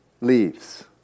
leaves